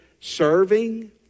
Serving